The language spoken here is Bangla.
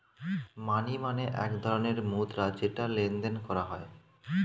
মানি মানে এক ধরণের মুদ্রা যেটা লেনদেন করা হয়